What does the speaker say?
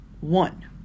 one